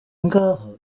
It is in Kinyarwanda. ngaha